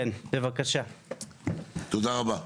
תודה רבה.